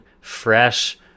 fresh